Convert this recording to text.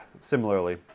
similarly